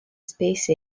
space